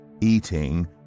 eating